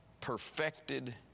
perfected